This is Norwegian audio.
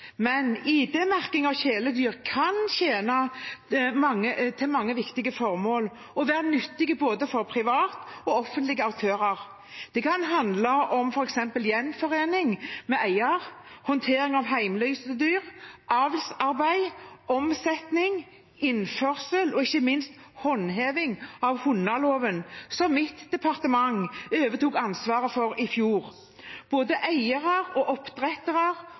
Men ID-merking av kjæledyr kan tjene mange viktige formål og være nyttig for både private og offentlige aktører. Det kan handle om f.eks. gjenforening med eier, håndtering av hjemløse dyr, avlsarbeid, omsetning, innførsel og ikke minst håndheving av hundeloven, som mitt departement overtok ansvaret for i fjor. Både eiere og oppdrettere,